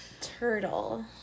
Turtle